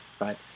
right